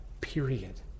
period